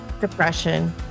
depression